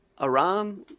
Iran